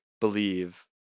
believe